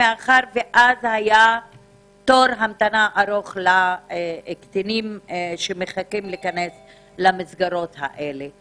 מאחר ואז היה תור המתנה ארוך לקטינים שמחכים להיכנס למסגרות האלה.